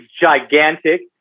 gigantic